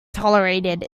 tolerated